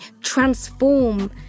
transform